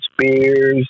Spears